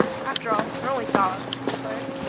after all, they're only daubs, he declared.